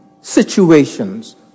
Situations